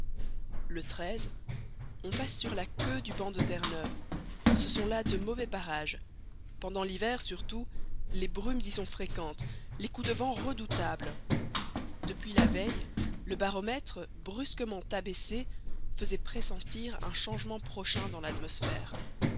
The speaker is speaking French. le on passe sur la queue du banc de terre-neuve ce sont là de mauvais parages pendant l'hiver surtout les brumes y sont fréquentes les coups de vent redoutables depuis la veille le baromètre brusquement abaissé faisait pressentir un changement prochain dans l'atmosphère